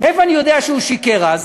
מאיפה אני יודע שהוא שיקר אז